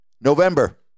November